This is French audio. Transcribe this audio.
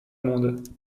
monde